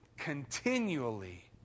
continually